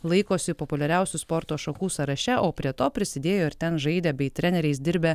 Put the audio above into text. laikosi populiariausių sporto šakų sąraše o prie to prisidėjo ir ten žaidę bei treneriais dirbę